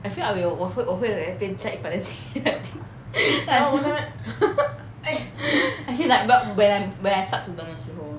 I feel I will 我会我会一半 actually like but when I'm when I start to learn 的时候